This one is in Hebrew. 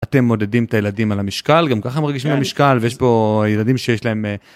אתם מודדים את הילדים על המשקל גם ככה מרגיש ממשקל ויש פה ילדים שיש להם.